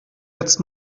jetzt